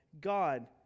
God